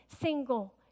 single